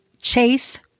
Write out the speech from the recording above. chase